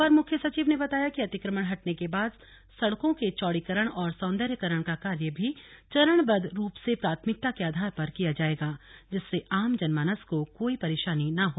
अपर मुख्य सचिव ने बताया कि अतिक्रमण हटने के बाद सड़कों के चौड़ीकरण और सौन्दर्यीकरण का कार्य भी चरणबद्ध रूप से प्राथमिकता के आधार पर किया जायेगा जिससे आम जन मानस को कोई परेशानी न हो